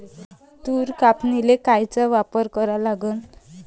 तूर कापनीले कोनचं कटर वापरा लागन?